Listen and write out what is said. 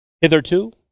hitherto